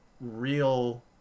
real